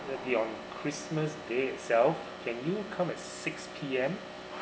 be on christmas day itself can you come at six P_M